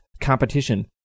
competition